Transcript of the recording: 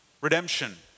redemption